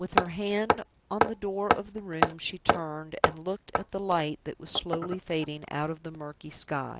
with her hand on the door of the room, she turned and looked at the light that was slowly fading out of the murky sky.